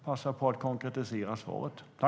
Passa på att konkretisera svaret!